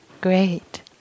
Great